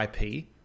IP